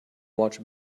watch